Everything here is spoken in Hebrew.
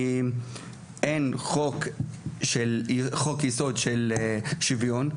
כי אין חוק יסוד של שיווין.